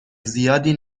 زیادی